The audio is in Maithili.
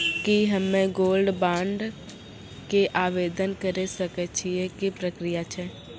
की हम्मय गोल्ड बॉन्ड के आवदेन करे सकय छियै, की प्रक्रिया छै?